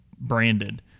branded